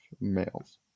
males